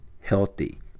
healthy